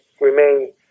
remain